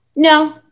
No